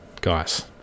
guys